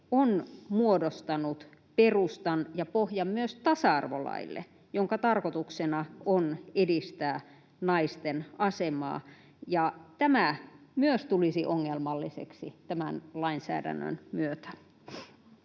on muodostanut perustan ja pohjan myös tasa-arvolaille, jonka tarkoituksena on edistää naisten asemaa, ja tämä myös tulisi ongelmalliseksi tämän lainsäädännön myötä.